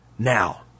Now